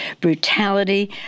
brutality